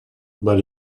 but